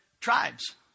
tribes